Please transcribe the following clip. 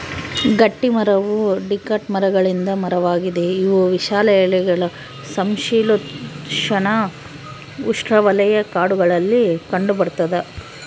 ಗಟ್ಟಿಮರವು ಡಿಕಾಟ್ ಮರಗಳಿಂದ ಮರವಾಗಿದೆ ಇವು ವಿಶಾಲ ಎಲೆಗಳ ಸಮಶೀತೋಷ್ಣಉಷ್ಣವಲಯ ಕಾಡುಗಳಲ್ಲಿ ಕಂಡುಬರ್ತದ